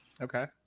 Okay